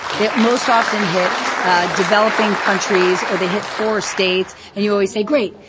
they most often hit ah developing countries or they hit poorer states. and you always say, great.